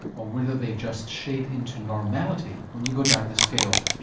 or whether they just shade into normality when you go down the scale.